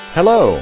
Hello